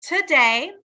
today